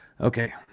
Okay